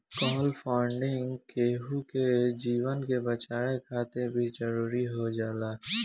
काल funding केहु के जीवन के बचावे खातिर भी जरुरी हो जाला